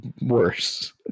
worse